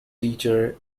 teacher